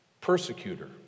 Persecutor